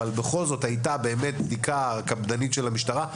אבל היתה בדיקה קפדנית של המשטרה.